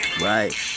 right